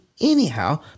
anyhow